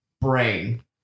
brain